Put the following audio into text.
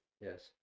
Yes